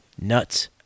Nuts